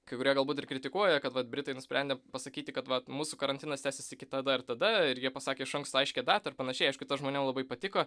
kai kurie galbūt ir kritikuoja kad vat britai nusprendė pasakyti kad vat mūsų karantinas tęsis iki tada ir tada ir jie pasakė iš anksto aiškią datą ir panašiai aišku tas žmonėm labai patiko